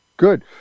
Good